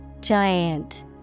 Giant